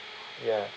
ya